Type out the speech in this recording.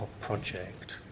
project